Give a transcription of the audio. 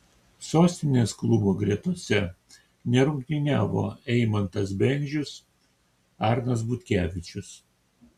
sostinės klubo gretose nerungtyniavo eimantas bendžius arnas butkevičius